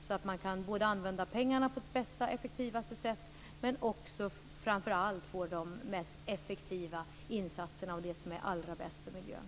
På det viset kan pengarna användas på det bästa och mest effektiva sättet och framför allt kan man göra de mest effektiva insatserna som är allra bäst för miljön.